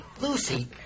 Lucy